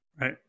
Right